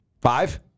Five